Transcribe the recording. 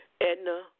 Edna